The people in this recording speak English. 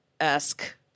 esque